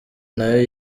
nayo